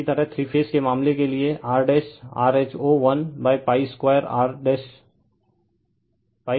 इसी तरह three phase के मामले के लिए R rho l pi r 2 होगा